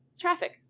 traffic